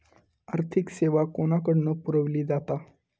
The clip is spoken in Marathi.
आर्थिक सेवा कोणाकडन पुरविली जाता?